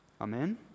Amen